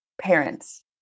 parents